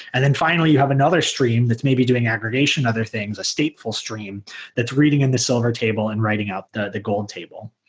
and then finally you have another stream that's maybe doing aggregation and other things, a stateful stream that's reading in the silver table and writing out the the gold table.